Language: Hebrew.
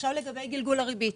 עכשיו לגבי גלגול הריבית.